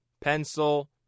pencil